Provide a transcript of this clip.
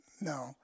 no